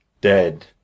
dead